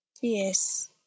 Yes